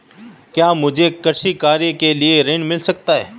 क्या मुझे कृषि कार्य के लिए ऋण मिल सकता है?